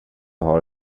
har